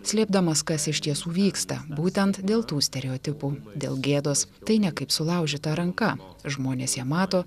slėpdamas kas iš tiesų vyksta būtent dėl tų stereotipų dėl gėdos tai ne kaip sulaužyta ranka žmonės ją mato